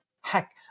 Heck